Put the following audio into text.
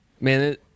man